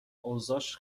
اوضاش